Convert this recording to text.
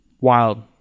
wild